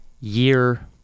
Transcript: year